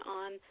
on